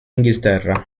inghilterra